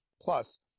plus